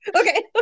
okay